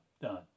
done